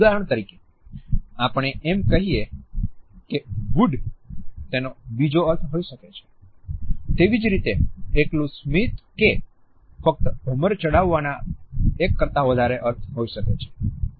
ઉદાહરણ તરીકે આપણે એમ કહીએ કે વૂડ અને તેના બીજા અર્થો હોઈ શકે તેવી જ રીતે એકલું સ્મિત કે ફક્ત ભમર ચડાવવાના એક કરતા વધારે અર્થ હોઈ શકે